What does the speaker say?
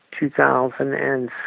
2006